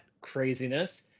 craziness